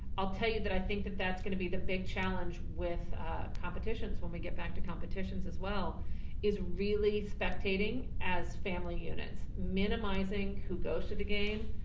i'll tell you that i think that that's gonna be the big challenge with competitions when we get back to competitions as well is really spectating as family units, minimizing who goes to the game,